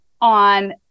on